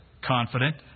confident